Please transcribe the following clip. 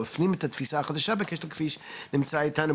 הפנים את התפיסה החדשה בקשת הכביש נמצא איתנו.